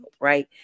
Right